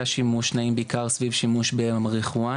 השימוש נעים בעיקר סביב שימוש במריחואנה,